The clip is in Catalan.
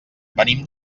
venim